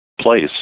Place